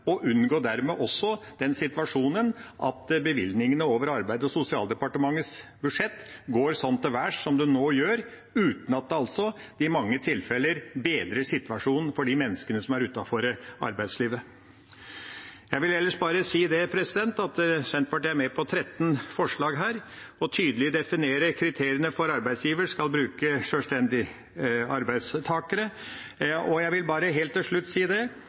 og dermed også unngå den situasjonen at bevilgningene over Arbeids- og sosialdepartementets budsjett går så til værs som de nå gjør, i mange tilfeller uten at det bedrer situasjonen for de menneskene som er utenfor arbeidslivet. Jeg vil ellers si at Senterpartiet er med på 13 forslag i tilrådingen, bl.a. om tydelig å definere kriteriene for når en arbeidsgiver skal kunne bruke sjølstendige oppdragstakere. Jeg vil bare helt til slutt si